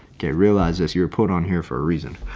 get realizes you're put on here for a reason.